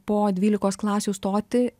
po dvylikos klasių stoti